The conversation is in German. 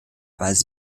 weise